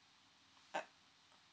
uh